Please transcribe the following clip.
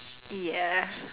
ya